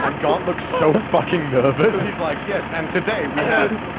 um garnt looks so fucking nervous. he's like, yes and today we have,